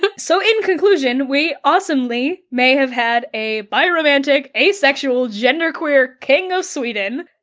but so in conclusion, we awesomely, may have had a biromantic asexual, genderqueer, king of sweden,